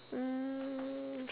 mm